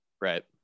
Right